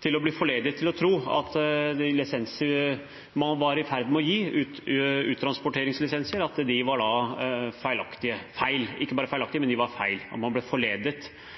og blitt forledet til å tro at de uttransporteringslisensene man var i ferd med å gi, var feil? Man ble forledet